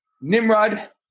Nimrod